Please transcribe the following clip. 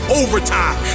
overtime